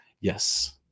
yes